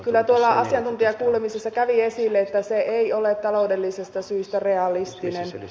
kyllä tuolla asiantuntijakuulemisissa kävi esille että se ei ole taloudellisista syistä realistinen